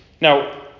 Now